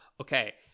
okay